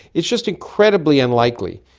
it's just incredibly unlikely.